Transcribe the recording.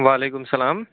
وَعلیکُم اَلسَلام